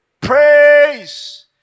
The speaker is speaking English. Praise